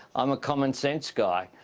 i'm a common sense guy.